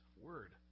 Word